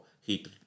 heat